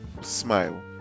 smile